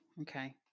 okay